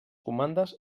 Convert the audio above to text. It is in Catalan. comandes